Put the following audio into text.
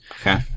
Okay